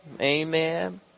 Amen